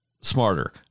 smarter